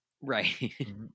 Right